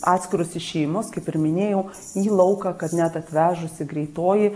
atskirus išėjimus kaip ir minėjau į lauką kad net atvežusi greitoji